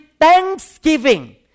Thanksgiving